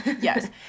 Yes